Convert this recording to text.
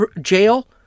jail